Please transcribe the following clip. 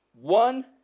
One